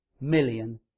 million